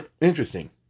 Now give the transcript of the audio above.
interesting